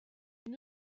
une